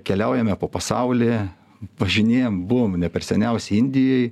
keliaujame po pasaulį važinėjam buvom ne per seniausiai indijoj